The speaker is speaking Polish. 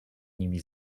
nimi